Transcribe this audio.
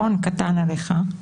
קטן עליך,